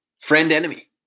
friend-enemy